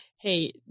hey